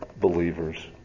believers